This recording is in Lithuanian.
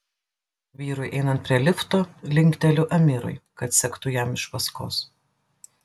vyrui einant prie lifto linkteliu amirui kad sektų jam iš paskos